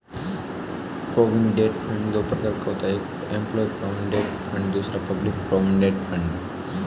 provident fund दो प्रकार का होता है एक एंप्लॉय प्रोविडेंट फंड दूसरा पब्लिक प्रोविडेंट फंड